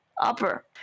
upper